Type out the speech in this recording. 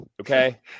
okay